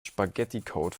spaghetticode